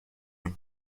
non